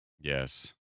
Yes